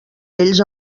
ells